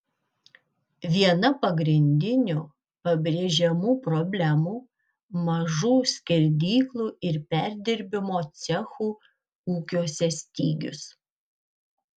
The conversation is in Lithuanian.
viena pagrindinių pabrėžiamų problemų mažų skerdyklų ir perdirbimo cechų ūkiuose stygius